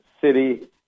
city